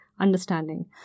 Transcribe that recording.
understanding